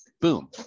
boom